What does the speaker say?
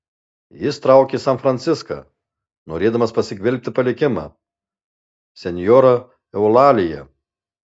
jis traukia į san franciską norėdamas pasigvelbti palikimą senjora eulalija